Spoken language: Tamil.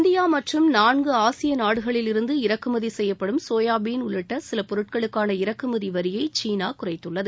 இந்தியா மற்றும் நான்கு ஆசிய நாடுகளில் இருந்து இறக்குமதி செய்யப்படும் சோயாபீள் உள்ளிட்ட சில பொருட்களுக்கான இறக்குமதி வரியை சீனா குறைத்துள்ளது